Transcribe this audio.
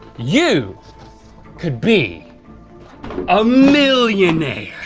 you could be a millionaire.